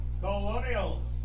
Colonials